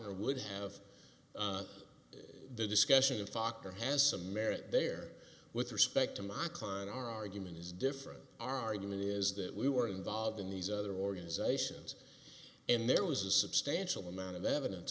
er would have the discussion of fokker has some merit there with respect to my klein argument is different argument is that we were involved in these other organizations and there was a substantial amount of evidence